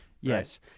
Yes